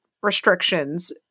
restrictions